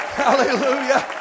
hallelujah